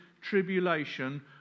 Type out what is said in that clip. tribulation